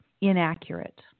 inaccurate